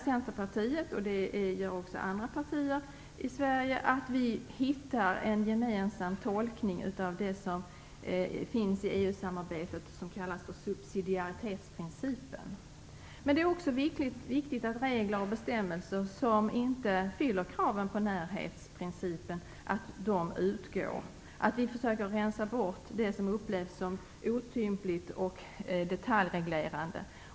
Centerpartiet kräver därför - det är fler partier i Sverige som gör det - att vi kommer fram till en gemensam tolkning av den s.k. subsidiaritetsprincipen. Det är också viktigt att se till att de regler och bestämmelser som inte fyller kraven på närhetsprincipen utgår, att vi försöker rensa bort det som upplevs som otympligt och detaljreglerande.